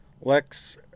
Lex